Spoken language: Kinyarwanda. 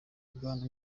bwana